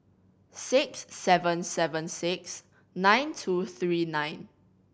six seven seven six nine two three nine